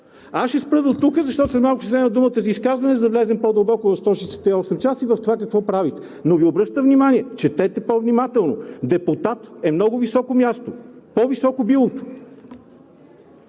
Аз ще спра дотук, защото след малко ще взема думата за изказване, за да влезем по-дълбоко в 168-е часа и в това, какво правите, но Ви обръщам внимание – четете по-внимателно. Депутат е много високо място, по-високо от билото.